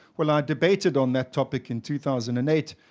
well, i debated on that topic in two thousand and eight,